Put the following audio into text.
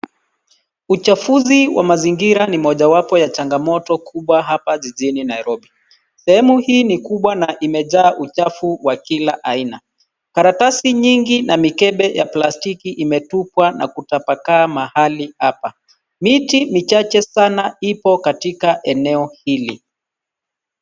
Uchafuzi wa mazingira ni mojawapo ya changamoto kubwa hapa jijini Nairobi. Sehemu hii ni kubwa na imejaa uchafu wa kila aina. Karatasi nyingi na mikebe ya plastiki imetupwa na kutapakaa mahali hapa. Miti michache sana ipo katika eneo hili.